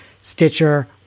Stitcher